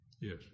Yes